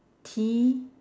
T